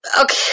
okay